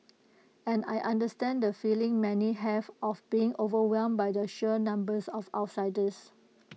and I understand the feeling many have of being overwhelmed by the sheer numbers of outsiders